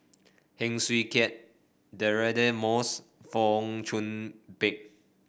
Heng Swee Keat Deirdre Moss Fong Chong Pik